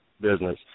business